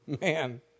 Man